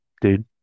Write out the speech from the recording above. dude